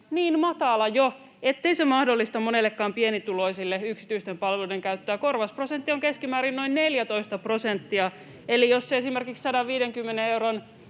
niin matala, ettei se mahdollista monellekaan pienituloiselle yksityisten palveluiden käyttöä. Korvausprosentti on keskimäärin noin 14, eli jos esimerkiksi suurin